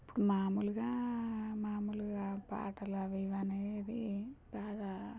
ఇప్పుడు మామూలుగా మామూలుగా పాటలు అవి ఇవీ అనేది బాగా